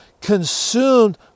consumed